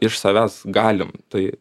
iš savęs galim tai